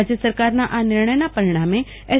રાજ્ય સરકારના આ નિર્ણયના પરિણામે એસ